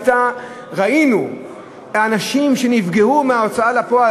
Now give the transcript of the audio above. ראינו אנשים שנפגעו מההוצאה לפועל.